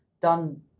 done